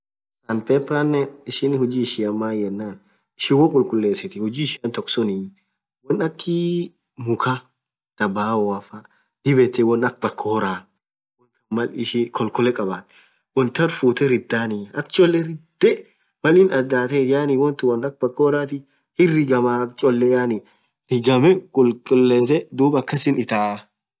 Pan paper huji ishian maan yenan choo khulkhullesith huji ishian tokk sunni wonn akhiii mukhaaa thaa bao faa dhib yethe una akha bakoraa wonn than Mal ishin khokholee khadhu wonn than futhee ridhanii akhaa. cholee ridheee Mal inn adhathethu dhub wonn tun wonn akhaa bakorathi hin righamaa akha cholee yaani rghamee khulkhulethee dhub akhasin ithaaaa